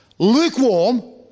lukewarm